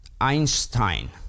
Einstein